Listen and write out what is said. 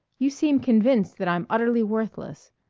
you seem convinced that i'm utterly worthless.